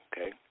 Okay